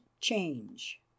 change